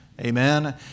Amen